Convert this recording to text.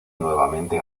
nuevamente